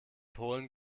polen